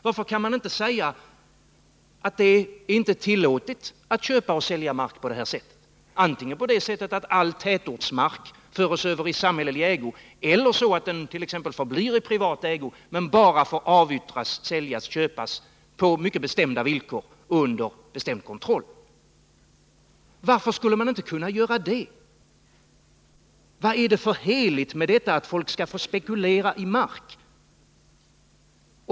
Varför kan man inte säga att det inte är tillåtet att köpa och sälja mark på det här sättet — antingen så, att all tätortsmark förs över i samhällelig ägo eller så, att den förblir i privat ägo men bara får säljas och köpas på mycket bestämda villkor och under bestämd kontroll? Varför skulle man inte kunna göra det? Varför är det heligt att folk skall få spekulera i mark?